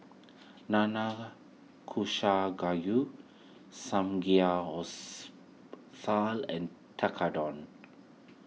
Nanakusa Gayu and Tekkadon